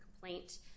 complaint